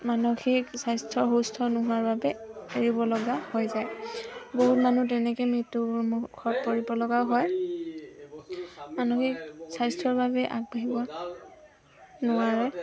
মানসিক স্বাস্থ্য সুস্থ নোহোৱাৰ বাবে এৰিব লগা হৈ যায় বহুত মানুহ তেনেকৈ মৃত্যুৰ মুখত পৰিবলগাও হয় মানসিক স্বাস্থ্যৰ বাবে আগবাঢ়িব নোৱাৰে